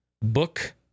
book